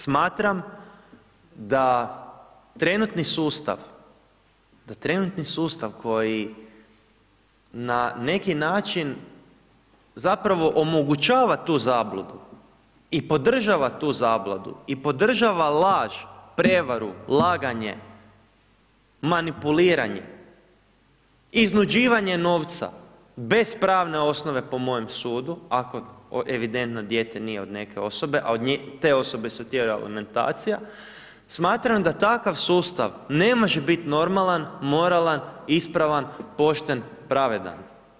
Smatram da trenutni sustav koji na neki način zapravo omogućava tu zabludu i podržava tu zabludu i podržava laž, prevaru, laganje, manipuliranje, iznuđivanje novca bez pravne osnove po mojem sudu ako evidentno dijete nije od neke osobe, a od te osobe se utjera alimentacija, smatram da takav sustav ne može bit normalan, moralan, ispravan, pošten, pravedan.